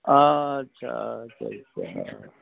अच्छा अच्छा अच्छा